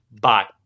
bye